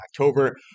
October